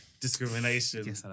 discrimination